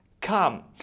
Come